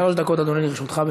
זה, שלוש דקות, אדוני, לרשותך.